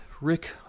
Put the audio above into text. Rick